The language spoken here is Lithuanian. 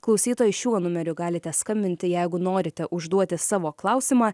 klausytojai šiuo numeriu galite skambinti jeigu norite užduoti savo klausimą